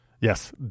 Yes